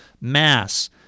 mass